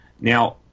Now